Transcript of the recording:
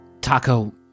Taco